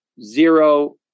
zero